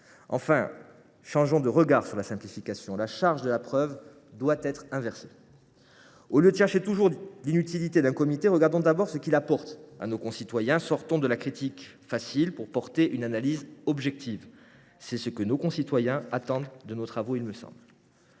Enfin, changeons de regard sur la simplification. La charge de la preuve doit être inversée : au lieu de chercher à établir l’inutilité d’un comité, regardons d’abord ce qu’il apporte à nos concitoyens. Sortons de la critique facile au profit d’une analyse objective : c’est ce que nos concitoyens attendent de nous. Mesdames, messieurs